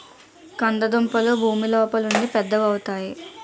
కంద దుంపలు భూమి లోపలుండి పెద్దవవుతాయి